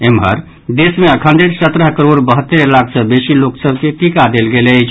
एम्हर देश मे अखन धरि सत्रह करोड़ बहत्तरि लाख सँ बेसी लोक सभ के टीका देल गेल अछि